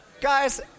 Guys